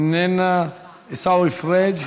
איננה, עיסאווי פריג'